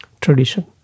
tradition